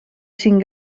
cinc